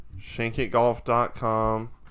shankitgolf.com